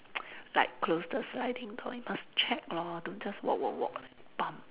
like close the sliding door you must check lor don't just walk walk walk bump